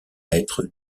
être